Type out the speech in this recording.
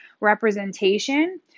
representation